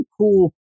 cool